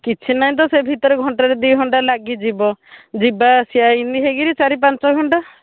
କିଛି ନାଇଁ ତ ସେ ଭିତରେ ଘଣ୍ଟାଟେ ଦୁଇଘଣ୍ଟା ଲାଗିଯିବ ଯିବା ଆସିବା ଏମିତି ହେଇକରି ଚାରି ପାଞ୍ଚ ଘଣ୍ଟା